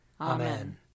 Amen